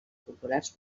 populars